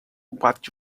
what